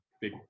big